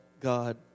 God